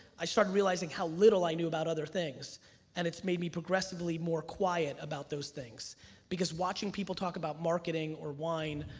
i started realizing how little i knew about other things and it's made me progressively more quiet about those things because watching people talk about marketing or wine,